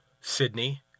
Sydney